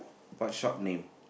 what shop name